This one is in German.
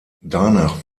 danach